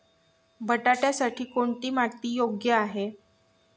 बटाट्यासाठी कोणती माती योग्य आहे?